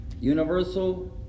Universal